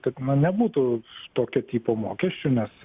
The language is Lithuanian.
kad na nebūtų tokio tipo mokesčių nes